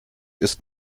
ist